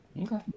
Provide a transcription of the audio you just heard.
Okay